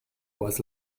was